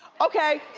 okay,